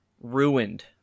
ruined